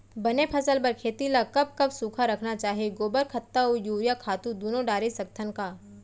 बने फसल बर खेती ल कब कब सूखा रखना चाही, गोबर खत्ता और यूरिया खातू दूनो डारे सकथन का?